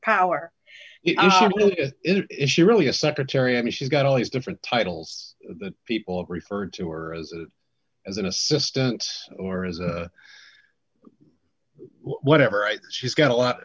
power issue really a secretary i mean she's got all these different titles that people refer to or as a as an assistant or whatever i think she's got a lot